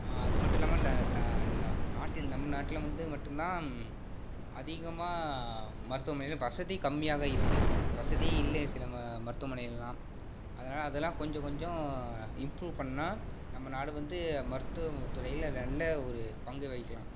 அது மட்டும் இல்லாமல் நாட்டில் நம் நாட்டில் வந்து மட்டும் தான் அதிகமாக மருத்துவமனைகள் வசதி கம்மியாக இருக்குது வசதியே இல்லை சில மருத்துவமனைகள்லாம் அதனால் அதெல்லாம் கொஞ்ஜ கொஞ்ஜ இம்ப்ரூவ் பண்ணால் நம்ம நாடு வந்து மருத்துவ துறையில் நல்ல ஒரு பங்கு வகிக்கலாம்